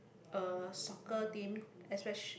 uh soccer team especial~